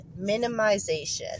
minimization